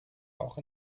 auch